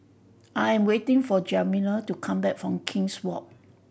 I am waiting for Jamila to come back from King's Walk